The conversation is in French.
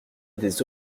des